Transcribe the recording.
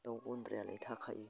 दाउ गन्द्रायालाय थाखायो